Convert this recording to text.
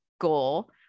goal